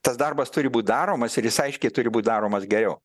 tas darbas turi būt daromas ir jis aiškiai turi būt daromas geriau